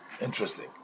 Interesting